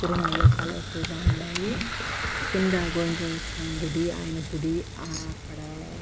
తిరుమలలో చాలా ఎక్కువగా ఉన్నాయి కింద గోవిందుల స్వామి గుడి ఆయన గుడి అక్కడ